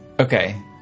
Okay